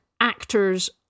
actors